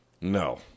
No